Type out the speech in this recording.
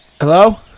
hello